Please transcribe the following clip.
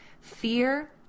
Fear